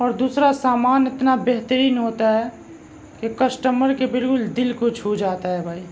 اور دوسرا سامان اتنا بہترین ہوتا ہے کہ کسٹمر کے بالکل دل کو چھو جاتا ہے بھائی